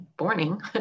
morning